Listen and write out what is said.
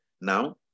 Now